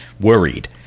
worried